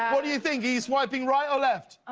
what are you thinking, are you swiping right or left?